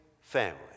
family